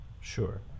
Sure